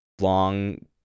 long